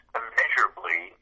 immeasurably